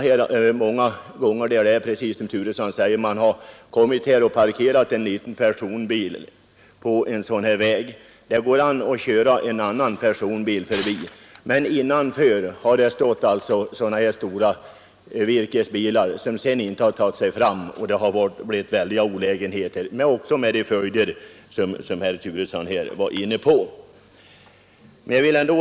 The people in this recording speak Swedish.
Som herr Turesson påpekar händer det också att man parkerat en liten personbil på en skogsbilväg. Det går nog att köra förbi med en annan personbil, men inne i skogen har det stått stora virkesbilar, som sedan inte kunnat ta sig fram. Detta har haft besvärliga följder såsom herr Turesson här redogjort för.